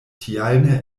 tial